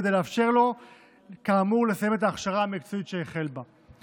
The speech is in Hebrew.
כדי לאפשר לו כאמור לסיים את ההכשרה המקצועית שהחל בה.